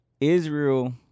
Israel